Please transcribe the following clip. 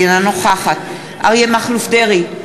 אינה נוכחת אריה מכלוף דרעי,